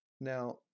now